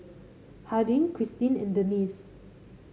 Hardin Krystin and Dennis